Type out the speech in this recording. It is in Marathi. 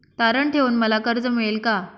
तारण ठेवून मला कर्ज मिळेल का?